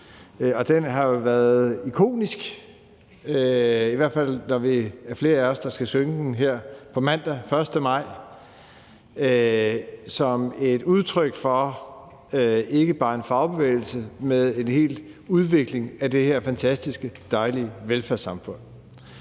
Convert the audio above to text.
den er ikonisk, i hvert fald når flere af os skal synge den her på mandag, den 1. maj, som et udtryk for ikke bare en fagbevægelsen, men en hel udvikling af det her fantastiske, dejlige velfærdssamfund.